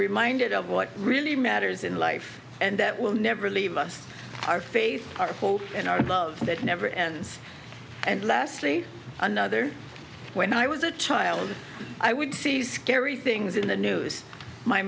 reminded of what really matters in life and that will never leave us our faith in our love that never ends and lastly another when i was a child i would see scary things in the news my